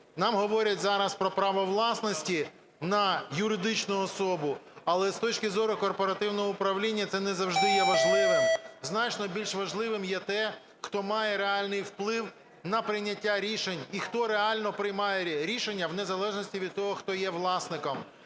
Нам говорять зараз про право власності на юридичну особу. Але з точки зору корпоративного управління це не завжди є важливим. Значно більш важливим є те, хто має реальний вплив на прийняття рішень і хто реально приймає рішення в незалежності від того, хто є власником.